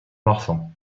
marsan